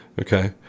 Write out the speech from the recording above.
Okay